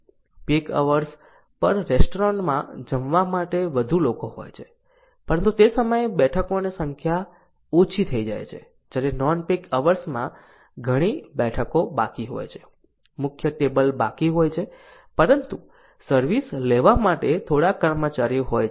peak hours પર રેસ્ટોરન્ટમાં જમવા માટે વધુ લોકો હોય છે પરંતુ તે સમયે બેઠકોની સંખ્યા ઓછી થઈ જાય છે જ્યારે નોન પીક અવર્સમાં ઘણી બેઠકો બાકી હોય છે મુખ્ય ટેબલ બાકી હોય છે પરંતુ સર્વિસ લેવા માટે થોડા કર્મચારીઓ હોય છે